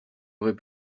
aurais